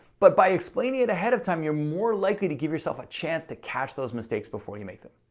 but by explaining it ahead of time, you're more likely to give yourself a chance to catch those mistakes before you make them.